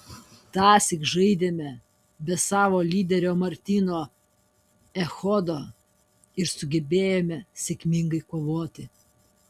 tąsyk žaidėme be savo lyderio martyno echodo ir sugebėjome sėkmingai kovoti